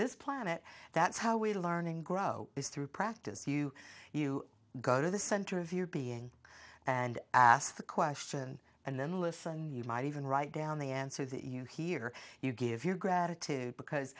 this planet that's how we learning grow is through practice you you go to the center of your being and ask the question and then listen you might even write down the answer that you hear you give your gratitude because